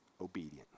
obedient